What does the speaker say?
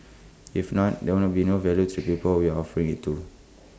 if not there would not be no value to people we are offering IT to